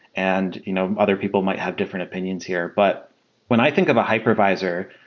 and you know other people might have different opinions here. but when i think of a hypervisor,